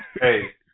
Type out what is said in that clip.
hey